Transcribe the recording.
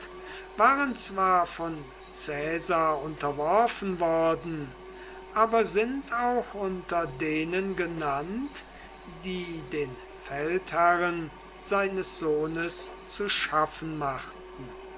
waren zwar von caesar unterworfen worden aber sind auch unter denen genannt die den feldherren seines sohnes zu schaffen machten